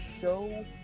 show